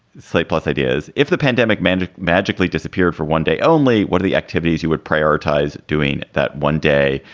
slate plus ideas. if the pandemic magically magically disappeared for one day only, what are the activities? you would prioritize doing that one day,